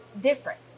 different